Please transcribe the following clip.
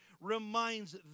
reminds